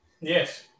Yes